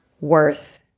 worth